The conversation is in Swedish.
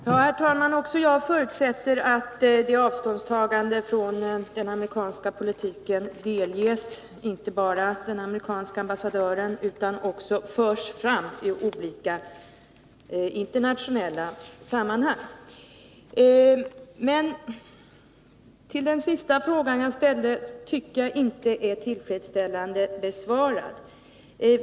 Herr talman! Också jag förutsätter att avståndstagandet från den amerikanska politiken inte bara delges den amerikanske ambassadören utan också förs fram i olika, internationella sammanhang. Den sista frågan jag ställde tycker jag inte är tillfredsställande besvarad.